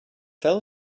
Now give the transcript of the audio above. fell